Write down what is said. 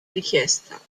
richiesta